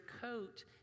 coat